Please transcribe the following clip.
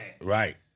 right